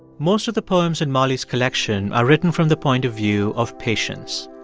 most of the poems in molly's collection are written from the point of view of patients,